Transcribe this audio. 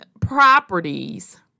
properties